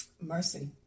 Mercy